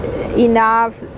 enough